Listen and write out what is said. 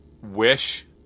Wish